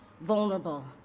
vulnerable